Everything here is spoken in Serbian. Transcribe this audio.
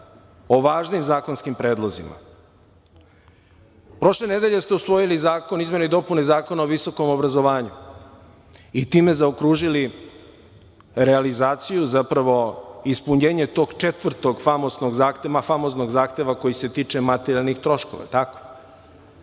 o važnim zakonskim predlozima. Prošle nedelje ste usvojili Zakon o izmeni i dopuni Zakona o visokom obrazovanju i time zaokružili realizaciju, zapravo ispunjenje tog četvrtog famoznog zahteva koji se tiče materijalnih troškova. A